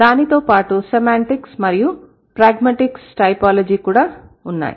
దానితో పాటు సెమాంటిక్స్ మరియు ప్రాగ్మాటిక్స్ టైపోలాజీ కూడా ఉన్నాయి